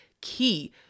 key